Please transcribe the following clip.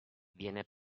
viene